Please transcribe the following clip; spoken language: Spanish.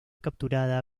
capturada